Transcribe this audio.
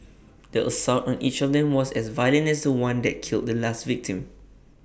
the assault on each of them was as violent as The One that killed the last victim